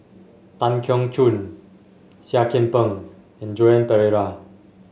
Tan Keong Choon Seah Kian Peng and Joan Pereira